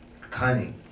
cunning